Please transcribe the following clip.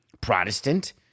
Protestant